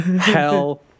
Hell